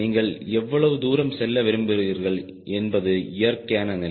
நீங்கள் எவ்வளவு தூரம் செல்ல விரும்புகிறீர்கள் என்பது இயற்கையான நிலை